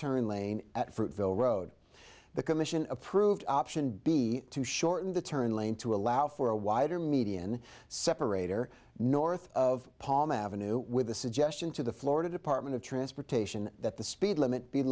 turn lane at fruitvale road the commission approved option b to shorten the turn lane to allow for a wider median separator north of palm ave with a suggestion to the florida department of transportation that the speed limit be